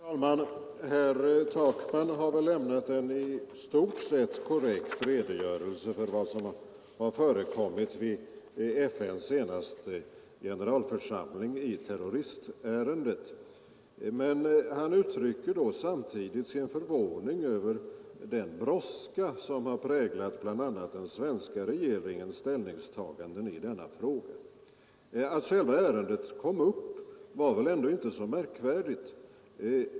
Herr talman! Herr Takman har väl lämnat en i stort sett korrekt redogörelse för vad som förekommit vid FN:s senaste generalförsamling i terroristärendet. Men han uttryckte samtidigt sin förvåning över den brådska som har präglat bl.a. den svenska regeringens ställningstagande i denna fråga. Att själva ärendet kom upp var väl ändå inte så märkvärdigt.